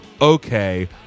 Okay